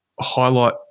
highlight